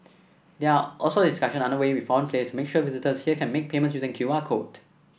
there are also discussion under way with foreign players to make sure visitors here can make payments using Q R code